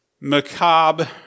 macabre